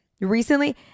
recently